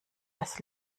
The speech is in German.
das